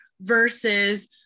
versus